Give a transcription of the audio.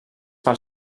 pel